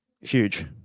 Huge